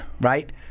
Right